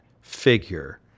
figure